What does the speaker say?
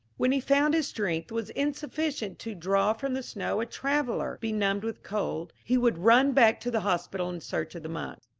when he found his strength was insufficient to draw from the snow a traveller benumbed with cold, he would run back to the hospital in search of the monks.